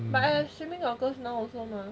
but assuming of course now also mah